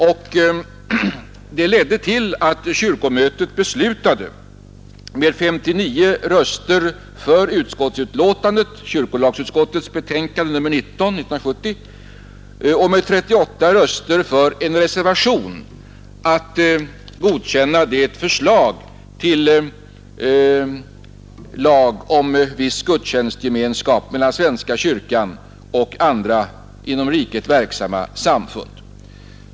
Förslaget ledde till att kyrkomötet med 59 röster för utskottsbetänkandet, kyrkolagsutskottets betänkande nr 19 år 1970, och med 38 röster för en reservation beslöt godkänna ett förslag till lag om viss gudstjänstgemenskap mellan svenska kyrkan och andra inom riket verksamma samfund.